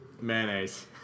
mayonnaise